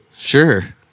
Sure